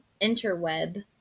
interweb